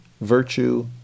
virtue